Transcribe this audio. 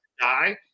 die